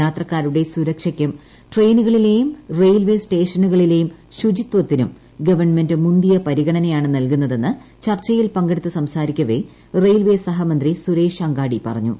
യാത്രക്കാരുടെ സുരക്ഷയ്ക്കും ട്രെയിനുകളിലേയും റെയിൽവേ സ്റ്റേഷനുകളിലേയും ശുചിത്വത്തിനും ഗവൺമെന്റ് മുന്തിയ പരിഗണനയാണ് നൽകുന്നതെന്ന് ചർച്ചയിൽ പങ്കെടുത്ത് സംസാരിക്കവേ റെയിൽവേ സഹമന്ത്രി സുരേഷ് അങ്കാടി പറഞ്ഞു